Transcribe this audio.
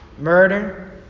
murder